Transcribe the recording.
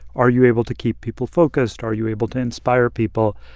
are you able to keep people focused? are you able to inspire people?